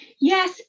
Yes